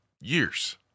years